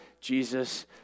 Jesus